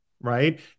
right